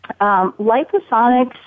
Liposonics